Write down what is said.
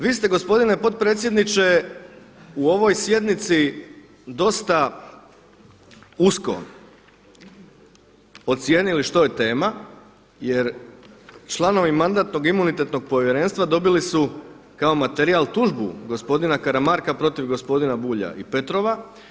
Vi ste gospodine potpredsjedniče u ovoj sjednici dosta usko ocijenili što je tema jer članovi Mandatno-imunitetnog povjerenstva dobili su kao materijal tužbu gospodina Karamarka protiv gospodina Bulja i Petrova.